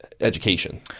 education